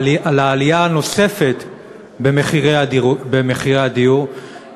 על העלייה הנוספת במחירי הדיור,